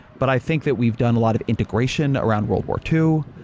but i think that we've done a lot of integration around world war two,